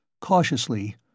Cautiously